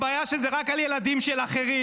הבעיה היא שזה רק על ילדים של אחרים.